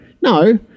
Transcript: no